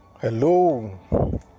Hello